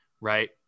right